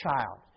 child